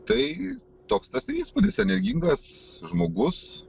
tai toks tas ir įspūdis energingas žmogus